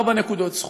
ארבע נקודות זכות.